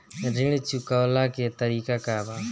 ऋण चुकव्ला के तरीका का बा?